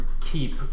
keep